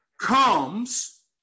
comes